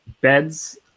beds